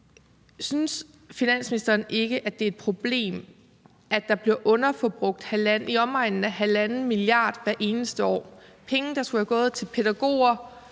Synes finansministeren ikke, at det er et problem, at der bliver underforbrugt i omegnen af 1,5 mia kr. hvert eneste år? Det er penge, der skulle være gået til pædagoger,